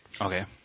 Okay